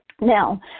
Now